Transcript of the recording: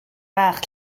fach